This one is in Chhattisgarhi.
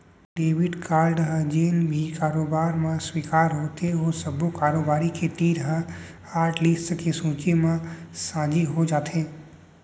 डेबिट कारड ह जेन भी कारोबार म स्वीकार होथे ओ सब्बो कारोबारी के तीर म हाटलिस्ट के सूची ह साझी हो जाथे